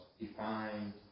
defined